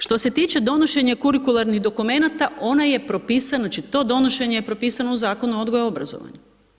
Što se tiče donošenje kurikularnih dokumenata, ona je propisana, znači to donešenje je propisano u Zakonu o odgoju i obrazovanju.